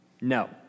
no